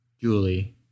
Julie